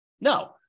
No